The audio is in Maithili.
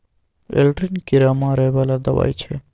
एल्ड्रिन कीरा मारै बला दवाई छै